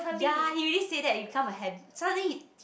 ya he already said that it become a hab~ suddenly he he